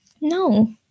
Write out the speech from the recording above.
No